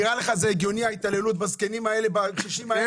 זה הוראה